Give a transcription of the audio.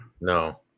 No